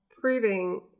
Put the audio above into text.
proving